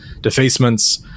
defacements